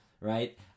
right